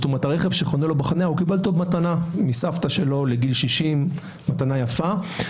כלומר הרכב שקיבל בחניה קיבל אותו מתנה מסבתא שלו לגיל 60 מתנה יפה,